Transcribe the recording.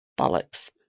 Bollocks